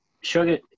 sugar